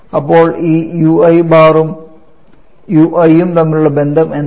അപ്പോൾ ഈ ui bar ഉം ui ഉം തമ്മിലുള്ള ബന്ധം എന്താണ്